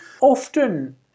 often